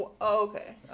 Okay